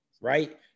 Right